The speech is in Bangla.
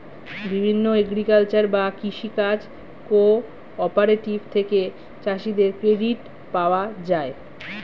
বিভিন্ন এগ্রিকালচারাল বা কৃষি কাজ কোঅপারেটিভ থেকে চাষীদের ক্রেডিট পাওয়া যায়